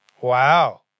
Wow